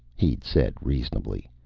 he'd said reasonably.